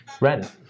rent